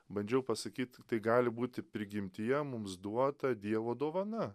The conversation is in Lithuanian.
bandžiau pasakyt tai gali būti prigimtyje mums duota dievo dovana